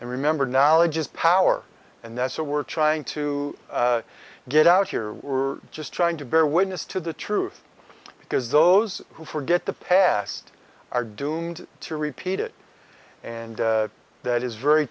and remember knowledge is power and that's all we're trying to get out here we're just trying to bear witness to the truth because those who forget the past are doomed to repeat it and that is very